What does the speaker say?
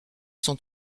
son